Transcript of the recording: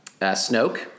Snoke